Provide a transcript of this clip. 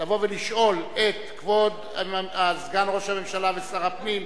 לבוא ולשאול את כבוד סגן ראש הממשלה ושר הפנים,